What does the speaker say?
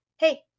hey